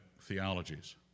theologies